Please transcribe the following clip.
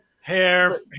hair